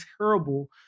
terrible